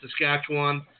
Saskatchewan